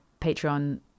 patreon